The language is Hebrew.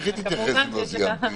איך היא תתייחס אם לא סיימתי?